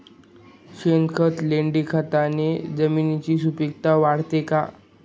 शेणखत, लेंडीखताने जमिनीची सुपिकता वाढते का?